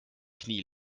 knie